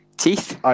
Teeth